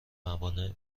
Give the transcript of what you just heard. موانع